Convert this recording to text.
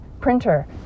Printer